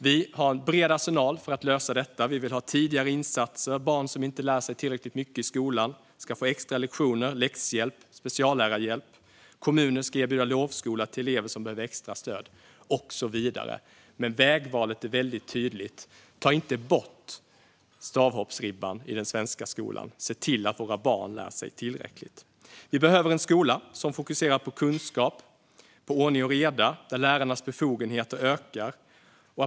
Vi har en bred arsenal för att lösa detta. Vi vill ha tidigare insatser. Barn som inte lär sig tillräckligt mycket i skolan ska få extra lektioner, läxhjälp och speciallärarhjälp. Kommunen ska erbjuda lovskola till elever som behöver extra stöd och så vidare. Vägvalet är väldigt tydligt. Ta inte bort stavhoppsribban i den svenska skolan. Se till att våra barn lär sig tillräckligt. Vi behöver en skola som fokuserar på kunskap, ordning och reda, och där lärarnas befogenheter ökar.